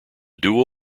duel